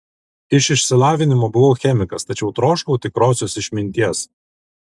iš išsilavinimo buvau chemikas tačiau troškau tikrosios išminties